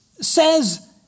says